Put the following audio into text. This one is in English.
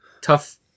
tough